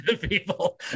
people